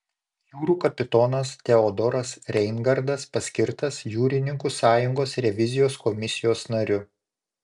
jūrų kapitonas teodoras reingardas paskirtas jūrininkų sąjungos revizijos komisijos nariu